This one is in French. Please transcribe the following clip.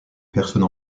personne